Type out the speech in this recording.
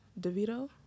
DeVito